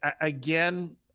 again